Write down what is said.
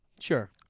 Sure